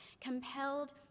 Compelled